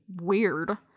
weird